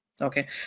Okay